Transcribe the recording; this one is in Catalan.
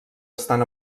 estan